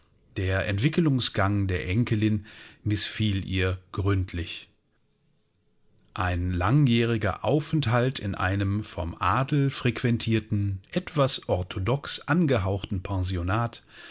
der entwickelungsgang der enkelin mißfiel ihr gründlich ein langjähriger aufenthalt in einem vom adel frequentierten etwas orthodox angehauchten pensionat